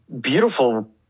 beautiful